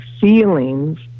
feelings